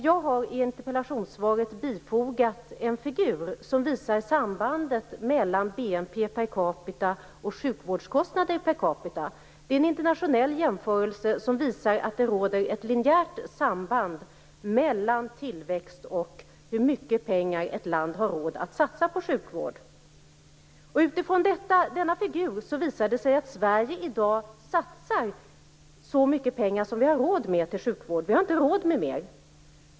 Jag har i interpellationen bifogat en figur som visar sambandet mellan Det är en internationell jämförelse som visar att det råder ett linjärt samband mellan tillväxt och hur mycket pengar ett land har råd att satsa på sjukvård. Utifrån denna figur visar det sig att Sverige i dag satsar så mycket pengar som vi har råd med på sjukvård. Vi har inte råd med mer.